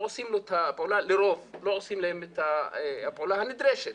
לרובם לא עושים את הפעולה הנדרשת.